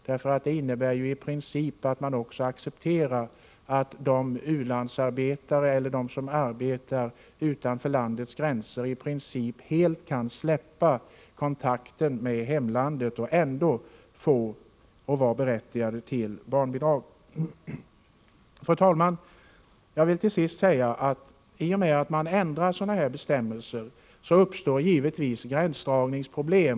Det skulle ju innebära att vi mer eller mindre accepterar att u-landsarbetare och de som arbetar utanför landets gränser i princip helt kan släppa kontakten med hemlandet och ändå vara berättigade till barnbidrag. Fru talman! I och med att man ändrar bestämmelser uppstår givetvis gränsdragningsproblem.